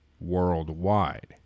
worldwide